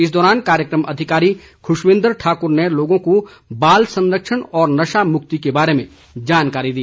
इस दौरान कार्यक्रम अधिकारी खुशविंद्र ठाकुर ने लोगों को बाल संरक्षण और नशा मुक्ति के बारे में जानकारी दी